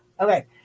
Okay